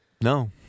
No